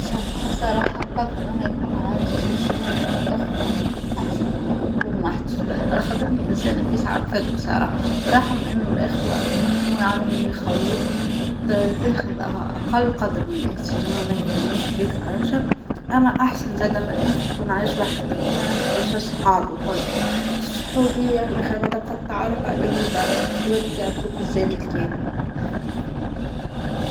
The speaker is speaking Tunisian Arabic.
بصراحه بصراحه نفضل أني يكون عندي عشرين خو، أخوه أحسن من أنو نكون وحدي، علاخاطرني إنسانه فالساع نفد بصراحه، ورغم أنو الإخوه ينجمو يعني يخلوك ت- تأخذ أ- أقل قدر من الاهتمام، ما يهتموش بيك برشا أما أحسن زاده من أنك تكون عايش وحدك، تكون عندك برشا صحاب الكل، الصحوبية من غير ما تبقى تتعارف عليهم البرا، إخوتك يعطوط الزاد الكافي.